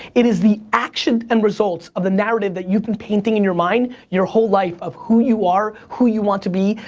it is the action end and results of a narrative that you've been painting in your mind your whole life of who you are. who you want to be.